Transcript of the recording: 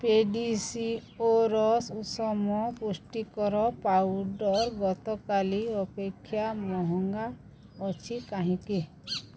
ପେଡ଼ିଆସିଓର ସୁଷମ ପୁଷ୍ଟିକର ପାଉଡ଼ର୍ ଗତକାଲି ଅପେକ୍ଷା ମହଙ୍ଗା ଅଛି କାହିଁକି